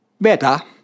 beta